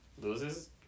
loses